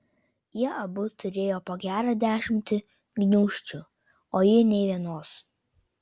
jie abu turėjo po gerą dešimtį gniūžčių o ji nė vienos